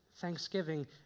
Thanksgiving